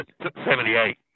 78